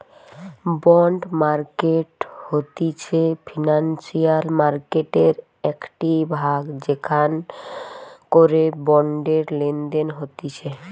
bond market হতিছে financial মার্কেটের একটিই ভাগ যেখান করে বন্ডের লেনদেন হতিছে